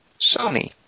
sony